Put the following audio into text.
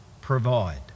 provide